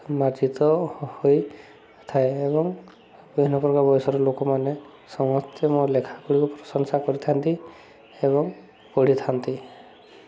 ମାର୍ଜିତ ହୋଇଥାଏ ଏବଂ ବିଭିନ୍ନ ପ୍ରକାର ବୟସର ଲୋକମାନେ ସମସ୍ତେ ମୋ ଲେଖା ଗୁଡ଼ିକୁ ପ୍ରଶଂସା କରିଥାନ୍ତି ଏବଂ ପଢ଼ିଥାନ୍ତି